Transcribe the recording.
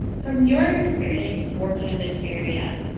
from your experience working in this area